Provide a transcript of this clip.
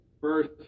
first